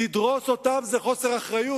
לדרוס אותם זה חוסר אחריות,